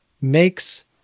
makes